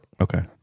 Okay